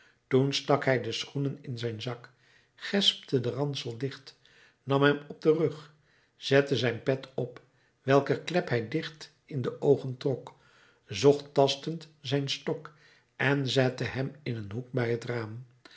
toen stak hij zijn schoenen in zijn zak gespte den ransel dicht nam hem op den rug zette zijn pet op welker klep hij dicht in de oogen trok zocht tastend zijn stok en zette hem in een hoek bij het raam